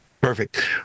Perfect